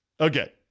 Okay